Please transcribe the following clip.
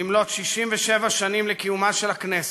במלאות 67 שנים לקיומה של הכנסת,